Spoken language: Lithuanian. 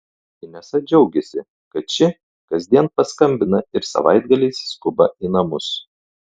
inesa džiaugiasi kad ši kasdien paskambina ir savaitgaliais skuba į namus